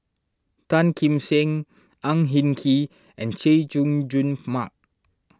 Tan Kim Seng Ang Hin Kee and Chay Jung Jun Mark